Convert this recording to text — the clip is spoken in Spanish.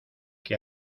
que